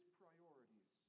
priorities